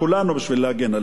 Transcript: ולכן, משפט הסיום.